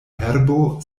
herbo